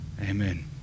Amen